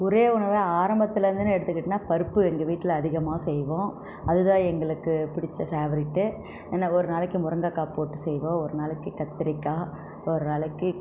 ஒரே உணவு ஆரம்பத்தில் இருந்துனு எடுத்துகிட்டேனா பருப்பு எங்கள் வீட்டில் அதிகமாக செய்வோம் அது தான் எங்களுக்கு பிடிச்ச ஃபேவரெட் என்ன ஒரு நாளைக்கு முருங்கக்காய் போட்டு செய்வோம் ஒரு நாளைக்கு கத்திரிக்காய் ஒரு நாளைக்கு